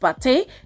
Pate